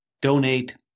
donate